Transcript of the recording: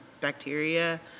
bacteria